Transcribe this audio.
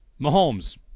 Mahomes